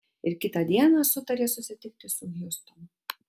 ir kitą dieną sutarė susitikti su hjustonu